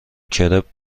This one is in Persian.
کرپ